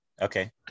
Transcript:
okay